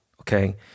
Okay